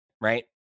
right